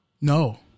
No